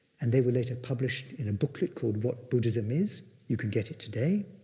and they were later published in a booklet called, what buddhism is. you can get it today,